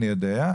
אני יודע.